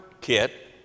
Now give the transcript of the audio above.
kit